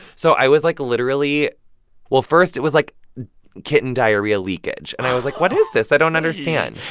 so i was, like, literally well, first, it was like kitten diarrhea leakage. and i was like, what is this? i don't understand.